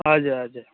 हजुर हजुर